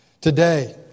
Today